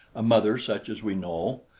a mother such as we know.